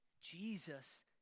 Jesus